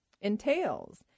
entails